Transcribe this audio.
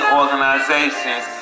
organizations